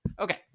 Okay